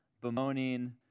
bemoaning